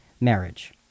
marriage